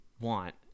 Want